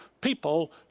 people